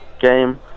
game